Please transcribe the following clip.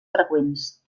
freqüents